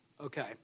Okay